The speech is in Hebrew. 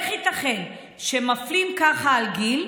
איך ייתכן שמפלים כך על גיל,